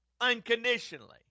unconditionally